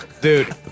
Dude